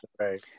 Right